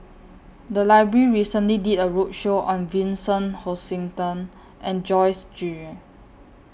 The Library recently did A roadshow on Vincent Hoisington and Joyce Jue